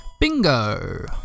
Bingo